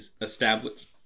established